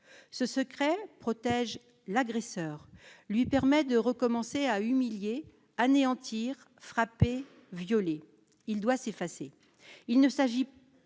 ce secret protège l'agresseur lui permet de recommencer à humilier anéantir frappée, violée, il doit s'effacer,